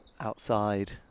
outside